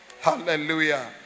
Hallelujah